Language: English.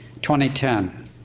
2010